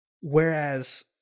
Whereas